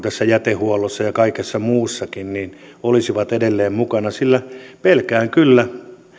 tässä jätehuollossa ja kaikessa muussakin olisivat edelleen mukana sillä pelkään kyllä